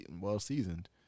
well-seasoned